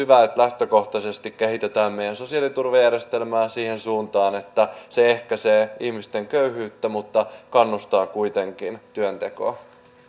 lähtökohtaisesti hyvä että kehitetään meidän sosiaaliturvajärjestelmää siihen suuntaan että se ehkäisee ihmisten köyhyyttä mutta kannustaa kuitenkin työntekoon